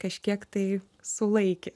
kažkiek tai sulaikė